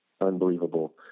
unbelievable